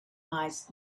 miles